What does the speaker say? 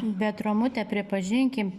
bet romute pripažinkim